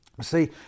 See